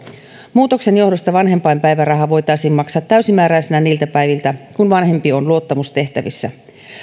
muutoksen johdosta vanhempainpäiväraha voitaisiin maksaa täysimääräisenä niiltä päiviltä kun vanhempi on luottamustehtävissä